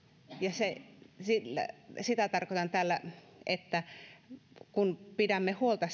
sitä tarkoitan tällä että se että pidämme huolta